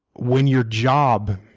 when your job,